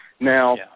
Now